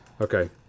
Okay